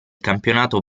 campionato